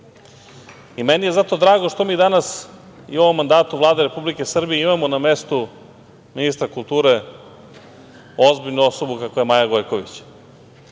je drago što mi danas i u ovom mandatu Vlade Republike Srbije imamo na mestu ministra kulture ozbiljnu osobu kakva je Maja Gojković.